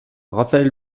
raphaël